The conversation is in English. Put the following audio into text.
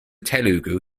telugu